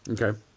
Okay